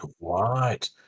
Right